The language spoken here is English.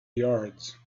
yards